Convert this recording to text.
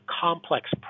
complex